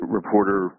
reporter